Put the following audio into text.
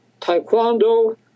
Taekwondo